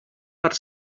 per